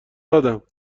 دادم